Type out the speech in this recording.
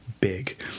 big